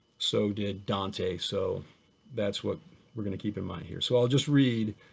so did dante, so that's what we're going to keep in mind here. so i'll just read,